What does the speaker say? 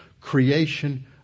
creation